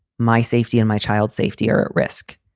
my safety and my child's safety are risk,